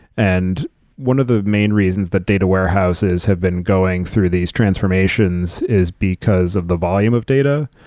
and one of the main reasons that data warehouses have been going through these transformations is because of the volume of data,